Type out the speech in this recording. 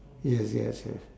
yes yes yes